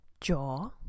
jaw